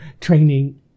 training